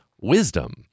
wisdom